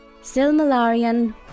Silmalarian